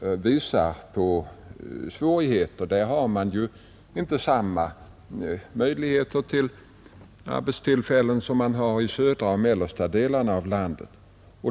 uppvisar svårigheter. Där har man ju inte samma möjligheter till arbete som man har i södra och mellersta delarna av landet.